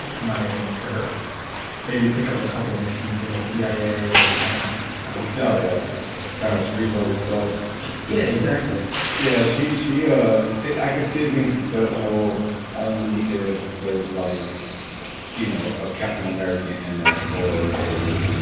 in my opinion for her maybe pick up a couple missions from the cia like i don't know i'm just no yeah kind of street-level stuff yeah exactly yeah, she she ah i could see it being successful only if there's like you, know a captain america in it or a